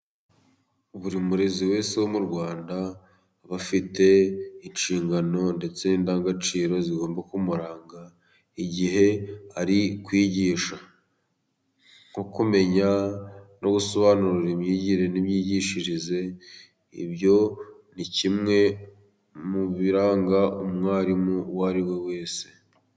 Buri murezi wese wo mu Rwanda aba afite inshingano ndetse n'indangagaciro zigomba kumuranga igihe ari kwigisha. Nko kumenya no gusobanura imyigire n'imyigishirize, ibyo ni kimwe mu biranga umwarimu uwo ari we wese.